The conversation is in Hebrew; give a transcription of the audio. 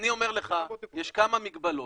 אני אומר לך שיש כמה מגבלות,